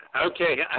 okay